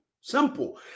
simple